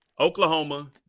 Oklahoma